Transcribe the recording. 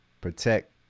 protect